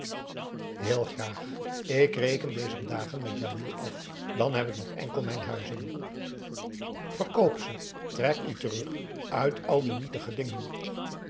heel graag ik reken dezer dagen met djalil af dan heb ik nog enkel mijn huizen verkoop ze trek u terug uit al die nietige dingen